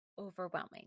overwhelming